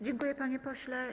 Dziękuję, panie pośle.